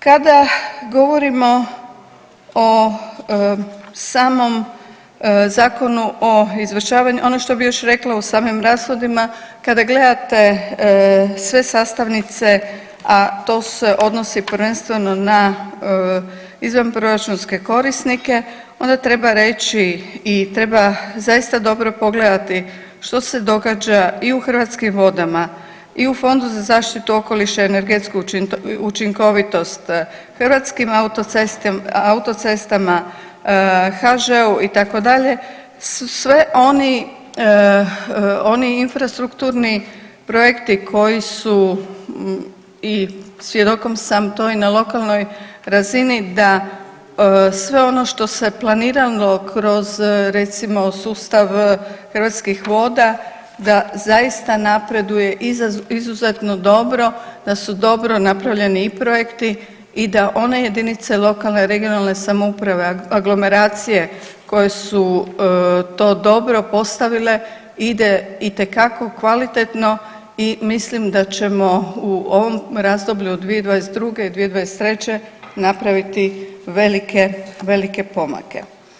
Kada govorimo o samom Zakonu o izvršavanju, ono što bih još rekla o samim rashodima, kada gledate sve sastavnice, a to se odnosi prvenstveno na izvanproračunske korisnike, onda treba reći i treba zaista dobro pogledati što se događa i u Hrvatskim vodama i u Fondu za zaštitu okoliša i energetsku učinkovitost, HAC-u, HŽ-u, itd., sve oni infrastrukturni projekti koji su i, svjedokom sam to i na lokalnoj razini da, sve ono što se planiralo kroz recimo sustav Hrvatskih voda da zaista napreduje izuzetno dobro, da su dobro napravljeni i projekti i da one jedinice lokalne i regionalne samouprave, aglomeracije koje su to dobro postavile ide itekako kvalitetno i mislim da ćemo u ovom razdoblju od 2022. i 2023. napraviti velike, velike pomake.